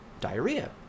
diarrhea